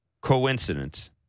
coincidence